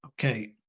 Okay